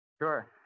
Sure